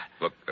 Look